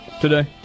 today